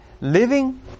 living